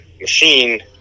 machine